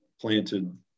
planted